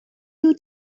you